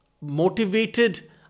motivated